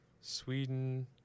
Sweden